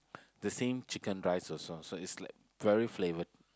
the same chicken rice also so it's like very flavour